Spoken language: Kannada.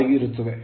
ಆಗಿರುತ್ತದೆ